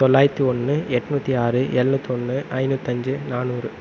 தொள்ளாயிரத்தி ஒன்று எட்நூற்றி ஆறு எழுநூற்றி ஒன்று ஐநூத்தஞ்சு நாநூறு